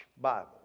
Bible